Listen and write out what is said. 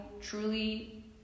truly